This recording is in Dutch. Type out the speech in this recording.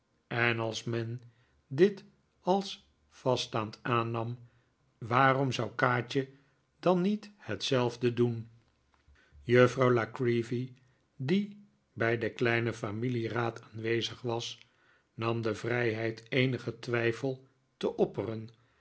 en als men dit als vaststaand aannam waarom zou kaatje dan niet hetzelfde doen juffrouw la creevy die bij den kleinen familieraad aanwezig was nam de vrijheid eenigen twijfel te opperen